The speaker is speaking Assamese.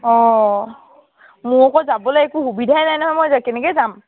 অ মোৰ আকৌ যাবলৈ একো সুবিধাই নাই নহয় মই এতিয়া কেনেকৈ যাম